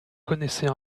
connaissait